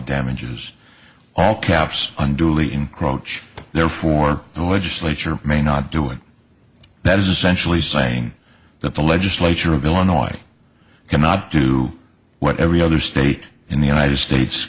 damages all caps unduly encroach therefore the legislature may not do it that is essentially saying that the legislature of illinois cannot do what every other state in the united states